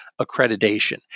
accreditation